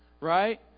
Right